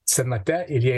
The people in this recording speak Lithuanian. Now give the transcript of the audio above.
senate ir jai